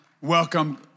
Welcome